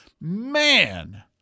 man